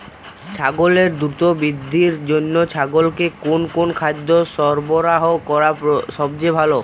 ছাগলের দ্রুত বৃদ্ধির জন্য ছাগলকে কোন কোন খাদ্য সরবরাহ করা সবচেয়ে ভালো?